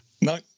No